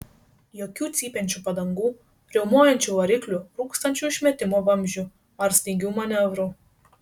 jokių cypiančių padangų riaumojančių variklių rūkstančių išmetimo vamzdžių ar staigių manevrų